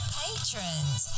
patrons